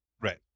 right